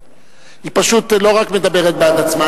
היא פשוט לא רק מדברת בעד עצמה,